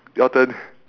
your turn